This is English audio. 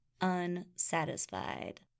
unsatisfied